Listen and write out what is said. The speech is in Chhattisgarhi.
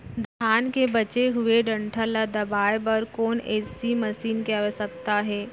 धान के बचे हुए डंठल ल दबाये बर कोन एसई मशीन के आवश्यकता हे?